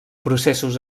processos